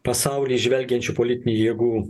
pasaulį žvelgiančių politinių jėgų